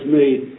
made